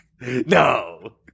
No